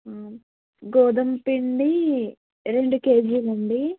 గోధుమ పిండి రెండు కేజీలండి